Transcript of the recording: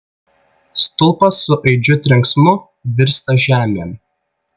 stulpas su aidžiu trenksmu virsta žemėn